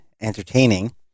entertaining